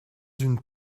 une